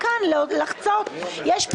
יש פה